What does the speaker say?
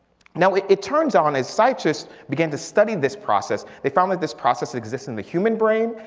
now it it turns on as scientists began to study this process they found that this process exists in the human brain.